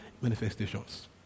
manifestations